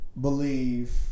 believe